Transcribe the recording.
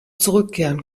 zurückkehren